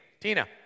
Tina